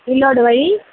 இல்லோடு வழி